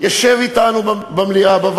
ישב אתנו בוועדה,